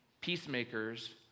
Peacemakers